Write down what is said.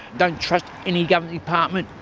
don't trust any government department,